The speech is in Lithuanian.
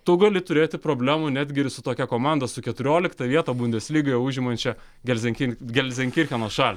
tu gali turėti problemų netgi ir su tokia komanda su keturioliktą vietą bundesligoje užimančia gelsinkir gelsinkircheno šalke